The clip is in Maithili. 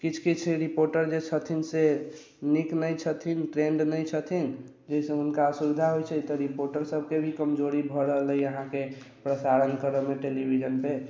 किछु किछु रिपोर्टर जे छथिन से नीक नहि छथिन ट्रेंड नहि छथिन जाहिसँ हुनका असुविधा होइ छै तऽ रिपोर्टरसभके भी कमजोरी भऽ रहलैए अहाँके प्रसारण करयमे टेलिविजनपर